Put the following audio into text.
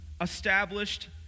established